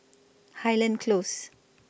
Highland Close